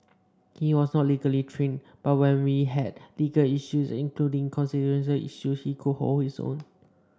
he was not legally trained but when we had legal issues including constitutional issues he could hold his own